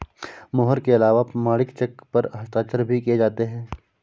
मोहर के अलावा प्रमाणिक चेक पर हस्ताक्षर भी किये जाते हैं